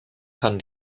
kann